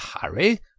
hurry